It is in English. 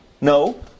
No